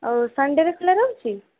ଆଉ ସନ୍ଡ଼େରେ ଖୋଲା ରହୁଛି